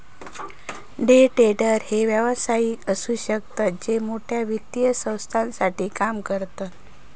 day trader हे व्यावसायिक असु शकतत जे मोठ्या वित्तीय संस्थांसाठी काम करतत